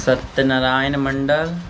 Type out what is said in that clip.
सत्य नारायण मण्डल